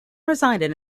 resided